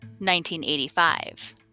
1985